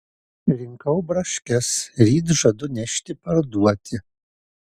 rinkau braškes ryt žadu nešti parduoti